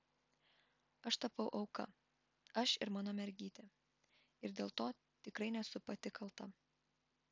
aš tapau auka aš ir mano mergytė ir dėl to tikrai nesu pati kalta